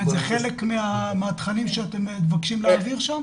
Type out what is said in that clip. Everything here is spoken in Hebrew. זה חלק מהתכנים שאתם מבקשים להעביר שם?